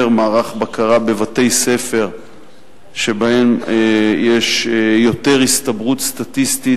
את מערך הבקרה בבתי-ספר שבהם יש יותר הסתברות סטטיסטית,